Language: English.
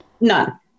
None